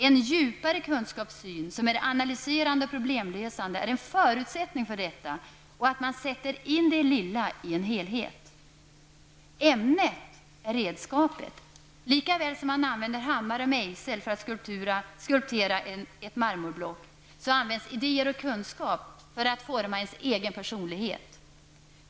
En djupare kunskapssyn som är analyserande och problemlösande är en förutsättning för detta och att man sätter in det lilla i en helhet. Ämnet är redskapet. Lika väl som man använder hammare och mejsel för att skulptera ett marmorblock används idéer och kunskap för att forma ens egen personlighet.